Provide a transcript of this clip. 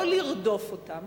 לא לרדוף אותם,